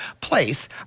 place